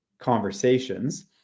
conversations